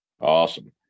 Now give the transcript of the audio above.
Awesome